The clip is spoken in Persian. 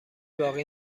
باقی